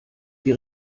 die